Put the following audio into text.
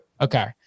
Okay